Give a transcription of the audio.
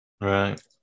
Right